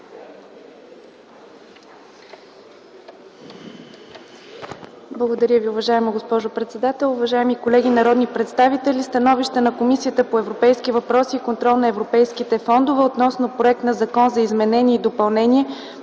Благодаря Ви, уважаема госпожо председател. Уважаеми колеги народни представители, „СТАНОВИЩЕ на Комисията по европейските въпроси и контрол на европейските фондове относно проект на Закон за изменение и допълнение